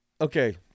Okay